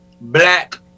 Black